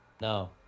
No